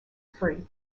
free